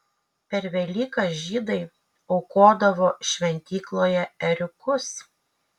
per velykas žydai aukodavo šventykloje ėriukus